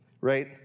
right